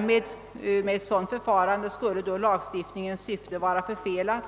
Vid ett sådant förfarande skulle lagstiftningens syfte vara förfelat,